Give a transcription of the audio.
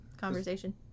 conversation